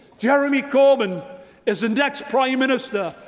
jeremy corbyn is the next prime minister,